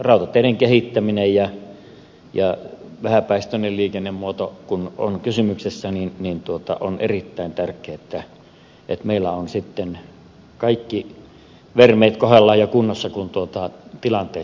rautateiden kehittäminen ja vähäpäästöinen liikennemuoto kun on kysymyksessä niin on erittäin tärkeää että meillä on sitten kaikki vermeet kohdallaan ja kunnossa kun tilanteet sitä vaativat